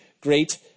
great